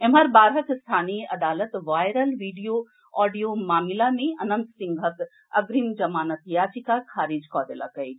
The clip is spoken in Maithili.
एम्हर बाढ़क स्थानीय अदालत वायरल ऑडियो मामिला मे अनंत सिंहक अग्रिम जमानत याचिका खारिज कऽ देलक अछि